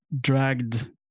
dragged